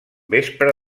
vespre